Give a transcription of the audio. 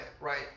right